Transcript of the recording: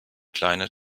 kleine